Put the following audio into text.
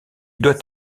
doit